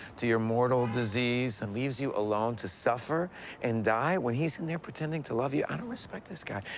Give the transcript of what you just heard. to your mortal disease, and leaves you alone to suffer and die, when he's in there pretending to love you? i don't respect this guy.